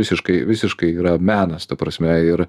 visiškai visiškai yra menas ta prasme ir